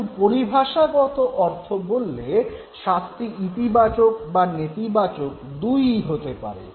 কিন্তু পরিভাষাগত অর্থ বললে শাস্তি ইতিবাচক বা নেতিবাচক দুই ই হতে পারে